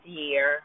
year